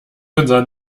unser